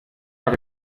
are